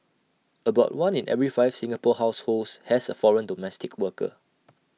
about one in every five Singapore households has A foreign domestic worker